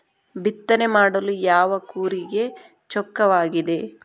ಬಿತ್ತನೆ ಮಾಡಲು ಯಾವ ಕೂರಿಗೆ ಚೊಕ್ಕವಾಗಿದೆ?